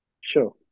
sure